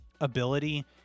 ability